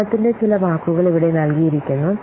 ജ്ഞാനത്തിന്റെ ചില വാക്കുകൾ ഇവിടെ നൽകിയിരിക്കുന്നു